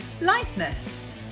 lightness